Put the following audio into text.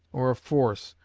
or a force,